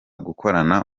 gukorana